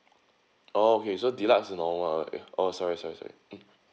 oh okay so deluxe is normal [one] oh sorry sorry sorry mm